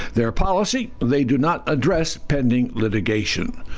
their policy they do not address pending litigation.